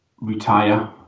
retire